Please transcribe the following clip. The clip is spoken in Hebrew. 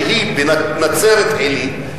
שהיא נצרת-עילית,